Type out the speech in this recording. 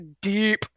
deep